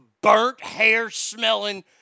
burnt-hair-smelling